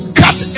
cut